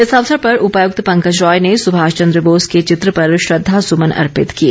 इस अवसर पर उपायुक्त पंकज रॉय ने सुभाष चंद बोस के चित्र पर श्रद्धासुमन अर्पित किए